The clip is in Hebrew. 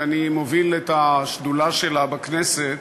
אני מוביל את השדולה שלה בכנסת,